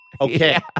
Okay